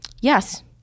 Yes